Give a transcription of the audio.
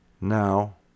Now